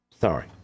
Sorry